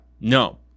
no